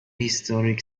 historic